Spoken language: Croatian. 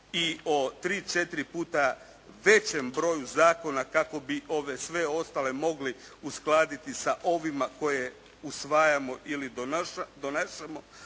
četiri puta većem broju zakona kako bi ove sve ostale mogli uskladiti sa ovima koje usvajamo ili donašamo,